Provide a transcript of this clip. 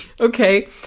Okay